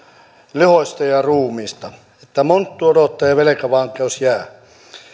lihoista ja ruumiista että monttu odottaa ja velkavankeus jää